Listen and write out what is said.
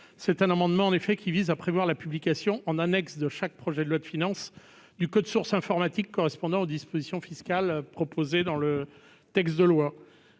L'amendement vise à prévoir la publication, en annexe de chaque projet de loi de finances, du code source informatique correspondant aux dispositions fiscales proposées dans le texte de loi.